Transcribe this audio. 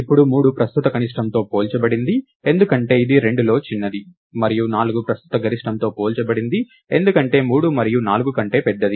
ఇప్పుడు 3 ప్రస్తుత కనిష్టంతో పోల్చబడింది ఎందుకంటే ఇది 2లో చిన్నది మరియు 4 ప్రస్తుత గరిష్టంతో పోల్చబడింది ఎందుకంటే ఇది 3 మరియు 4 కంటే పెద్దది